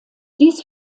dies